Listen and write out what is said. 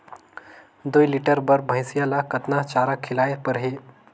दुई लीटर बार भइंसिया ला कतना चारा खिलाय परही?